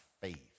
faith